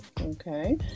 Okay